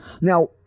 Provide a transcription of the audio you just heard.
Now